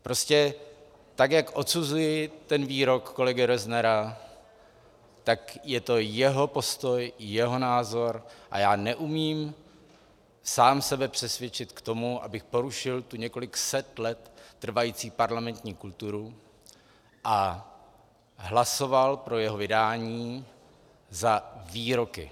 Prostě tak jak odsuzuji výrok kolegy Roznera, tak je to jeho postoj, jeho názor a já neumím sám sebe přesvědčit k tomu, abych porušil tu několik set let trvající parlamentní kulturu a hlasoval pro jeho vydání za výroky.